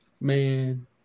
Man